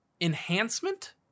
enhancement